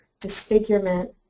disfigurement